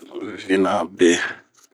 Vinhna bee.